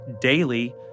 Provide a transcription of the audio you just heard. daily